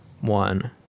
one